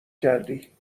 کردی